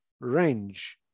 range